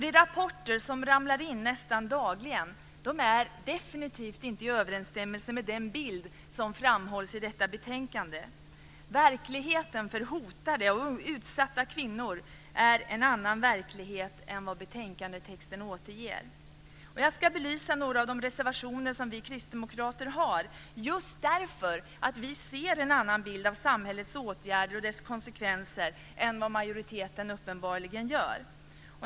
De rapporter som ramlar in nästan dagligen är definitivt inte i överensstämmelse med den bild som framhålls i detta betänkande. Verkligheten för hotade och utsatta kvinnor är en annan verklighet än den betänkandetexten återger. Jag ska belysa några av de reservationer som vi kristdemokrater har just därför att vi ser en annan bild av samhällets åtgärder och deras konsekvenser än vad majoriteten uppenbarligen gör.